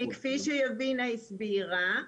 כי כפי שיבינה הסבירה,